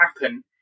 happen